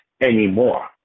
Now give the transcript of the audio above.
anymore